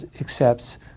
accepts